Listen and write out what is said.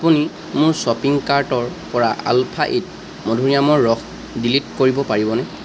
আপুনি মোৰ শ্বপিং কাৰ্টৰ পৰা আলফা এইট মধুৰীআমৰ ৰস ডিলিট কৰিব পাৰিবনে